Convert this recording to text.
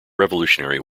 revolutionary